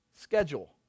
schedule